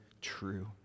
true